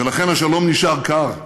ולכן השלום נשאר קר.